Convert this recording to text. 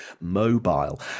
mobile